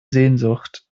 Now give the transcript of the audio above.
sehnsucht